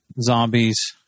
zombies